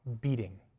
beating